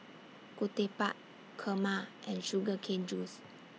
Ketupat Kurma and Sugar Cane Juice